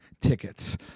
tickets